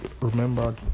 remember